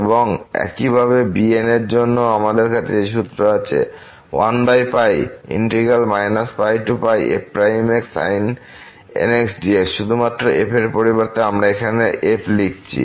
এবং একইভাবে bn এর জন্যও আমাদের একই সূত্র আছে শুধুমাত্র f এর পরিবর্তে আমরা এখানে f লিখছি